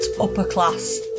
upper-class